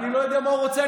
אני לא יודע מה הוא רוצה,